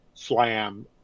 slam